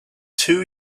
two